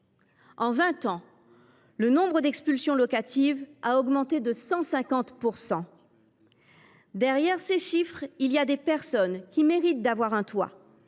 En vingt ans, le nombre d’expulsions locatives a augmenté de 150 %. Derrière ces chiffres, il y a des personnes qui méritent d’avoir un toit.